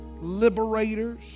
liberators